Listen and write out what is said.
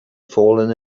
fallen